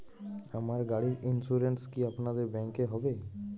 আমার গাড়ির ইন্সুরেন্স কি আপনাদের ব্যাংক এ হবে?